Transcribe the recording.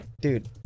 dude